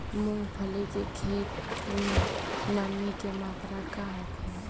मूँगफली के खेत में नमी के मात्रा का होखे?